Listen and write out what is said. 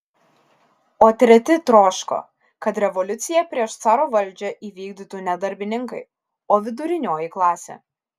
o treti troško kad revoliuciją prieš caro valdžią įvykdytų ne darbininkai o vidurinioji klasė